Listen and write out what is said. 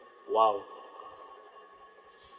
!wow!